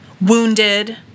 wounded